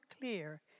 clear